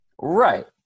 Right